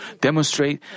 demonstrate